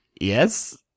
yes